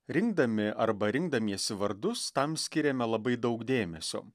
rinkdami arba rinkdamiesi vardus tam skiriame labai daug dėmesio